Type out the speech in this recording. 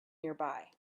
nearby